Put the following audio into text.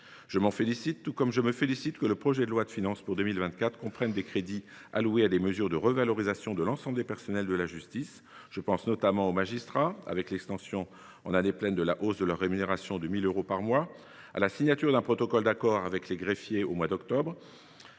Je m’en félicite, tout comme je me félicite que le projet de loi de finances pour 2024 comprenne des crédits alloués à des mesures de revalorisation de l’ensemble des personnels de la justice. Je pense notamment aux magistrats et à l’extension en année pleine de la hausse de leur rémunération de 1 000 euros par mois, à la signature d’un protocole d’accord avec les greffiers au mois d’octobre